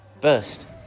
burst